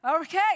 Okay